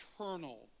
eternal